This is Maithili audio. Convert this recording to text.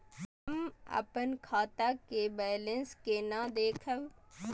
हम अपन खाता के बैलेंस केना देखब?